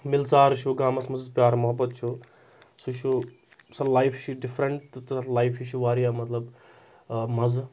مِلژَار چھُ گامَس منٛز پِیار محبَت چھُ سُہ چھُ سۄ لایِف چھِ ڈِفرَنٛٹ تہٕ تَتھ لایِفہِ چھُ واریاہ مطلب مَزٕ